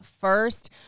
first